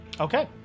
Okay